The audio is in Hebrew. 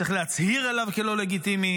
צריך להצהיר עליו כלא לגיטימי,